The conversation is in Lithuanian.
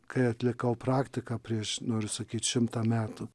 kai atlikau praktiką prieš noriu sakyt šimtą metų